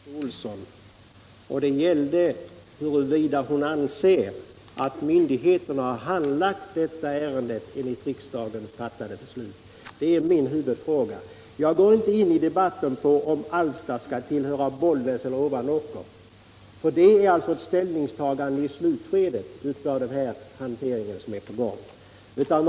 Herr talman! Jag ställde en huvudfråga till fru Olsson i Hölö, nämligen om hon anser att myndigheterna har handlagt detta ärende enligt riksdagens fattade beslut. Jag går inte in i debatten om huruvida Alfta skall tillhöra Bollnäs eller Ovanåker. Det blir ett ställningstagande i slutskedet av den hantering som är på gång.